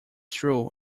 true